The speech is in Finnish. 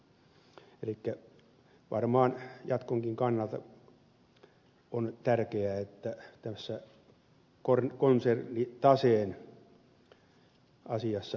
elikkä varmaan jatkonkin kannalta on tärkeää että tässä konsernitaseen asiassa päästään eteenpäin